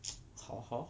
好好